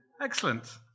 Excellent